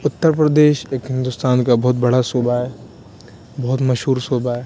اتر پردیش ایک ہندوستان کا بہت بڑا صوبہ ہے بہت مشہور صوبہ ہے